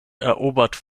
erobert